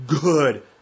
good